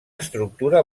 estructura